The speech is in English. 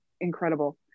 incredible